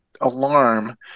alarm